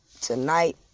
tonight